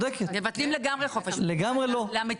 אתם מבטלים לגמרי חופש בחירה למטופלים,